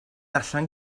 allan